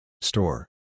Store